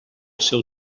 seu